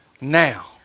now